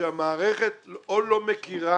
שהמערכת או לא מכירה